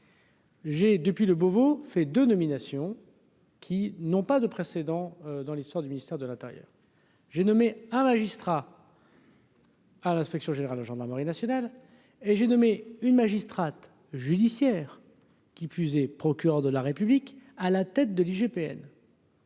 J'ai depuis le Beauvau fait de nomination. Qui n'ont pas de précédent dans l'histoire du ministère de l'Intérieur. J'ai nommé un magistrat. à l'inspection générale de gendarmerie nationale et j'ai nommé une magistrate judiciaire qui plus est, procureur de la République à la tête de l'IGPN.